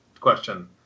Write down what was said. question